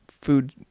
food